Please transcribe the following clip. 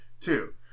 Two